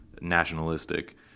nationalistic